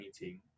meeting